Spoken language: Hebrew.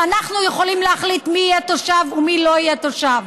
ואנחנו יכולים להחליט מי יהיה תושב ומי לא יהיה תושב,